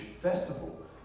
festival